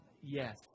Yes